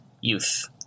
youth